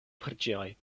preĝejoj